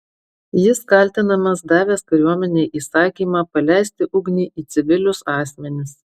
jis kaltinamas davęs kariuomenei įsakymą paleisti ugnį į civilius asmenis